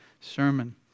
sermon